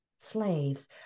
slaves